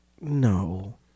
No